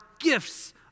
gifts